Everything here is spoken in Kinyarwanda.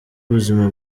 ubuzima